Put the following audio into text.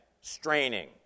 straining